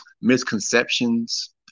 misconceptions